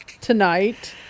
tonight